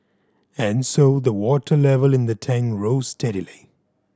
and so the water level in the tank rose steadily